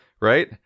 right